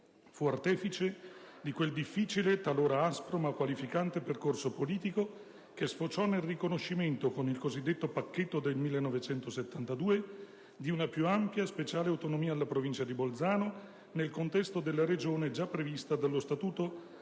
Fu artefice di quel difficile, talora aspro, ma qualificante percorso politico che sfociò nel riconoscimento, con il cosiddetto pacchetto del 1972, di una più ampia, speciale autonomia alla Provincia di Bolzano nel contesto della Regione già prevista dallo Statuto